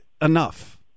enough